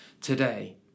today